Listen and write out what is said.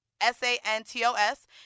S-A-N-T-O-S